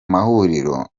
mahuriro